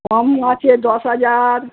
কমও আছে দশ হাজার